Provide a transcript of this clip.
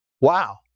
wow